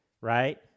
right